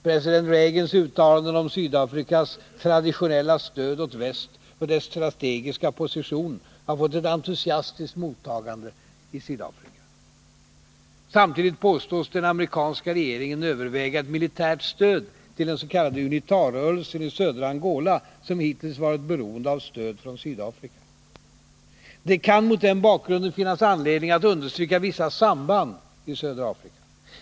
President Reagans uttalanden om Sydafrikas traditionella stöd åt väst och dess strategiska position, har fått ett entusiastiskt mottagande i Sydafrika. Samtidigt påstås den amerikanska regeringen överväga ett militärt stöd till dens.k. UNITA-rörelsen i södra Angola, som hittills varit beroende av stöd från Sydafrika. Det kan mot den bakgrunden finnas anledning att understryka vissa samband i södra Afrika.